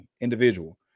individual